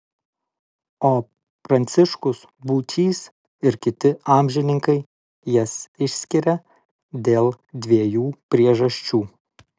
o pranciškus būčys ir kiti amžininkai jas išskiria dėl dviejų priežasčių